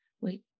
Wait